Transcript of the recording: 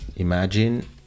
imagine